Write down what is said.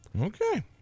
okay